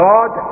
God